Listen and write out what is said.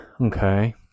okay